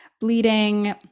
bleeding